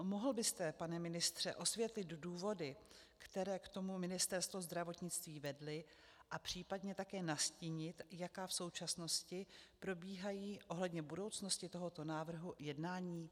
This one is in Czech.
Mohl byste, pane ministře, osvětlit důvody, které k tomu Ministerstvo zdravotnictví vedly, a případně také nastínit, jaká v současnosti probíhají ohledně budoucnosti tohoto návrhu jednání?